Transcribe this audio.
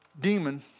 demon